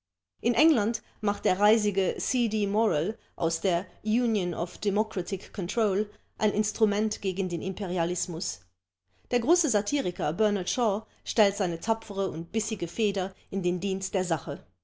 in england macht der reisige cd morel aus der union of democratic control ein instrument gegen den imperialismus der große satiriker bernard shaw stellt seine tapfere und bissige feder in den dienst der sache